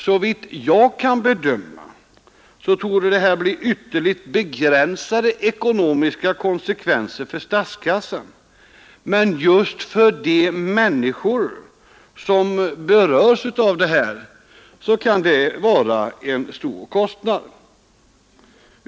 Såvitt jag kan bedöma torde det bli ytterligt begränsade ekonomiska konsekvenser för statskassan, men just för de människor som berörs av detta kan det vara en stor kostnad.